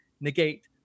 negate